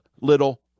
little